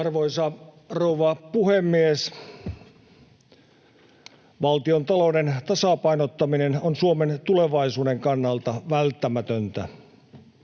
Arvoisa rouva puhemies! Valtiontalouden tasapainottaminen on Suomen tulevaisuuden kannalta välttämätöntä.